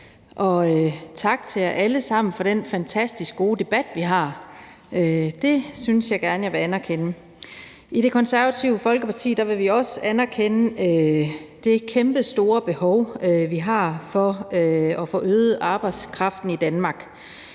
og tak til jer alle sammen for den fantastisk gode debat, vi har. Det synes jeg gerne jeg vil anerkende. I Det Konservative Folkeparti vil vi også anerkende det kæmpestore behov, vi har, for at få øget arbejdskraften i Danmark,